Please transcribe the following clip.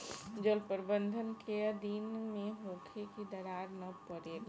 जल प्रबंधन केय दिन में होखे कि दरार न परेला?